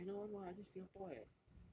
this is china [one] [what] this is singapore eh